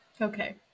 okay